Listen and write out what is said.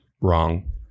wrong